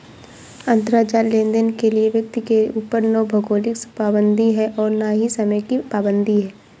अंतराजाल लेनदेन के लिए व्यक्ति के ऊपर ना भौगोलिक पाबंदी है और ना ही समय की पाबंदी है